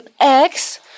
X-